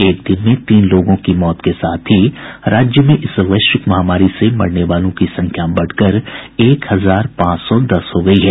एक दिन में तीन लोगों की मौत के साथ ही राज्य में इस वैश्विक महामारी से मरने वालों की संख्या बढ़कर एक हजार पांच सौ दस हो गई है